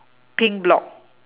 pink block